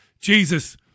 Jesus